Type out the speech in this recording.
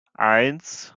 eins